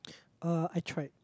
uh I tried